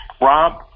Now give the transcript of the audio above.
Rob